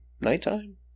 nighttime